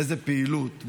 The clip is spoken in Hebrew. איזו פעילות,